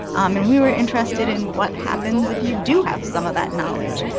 um and we were interested in what happens if you do have some of that knowledge,